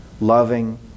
loving